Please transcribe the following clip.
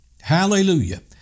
Hallelujah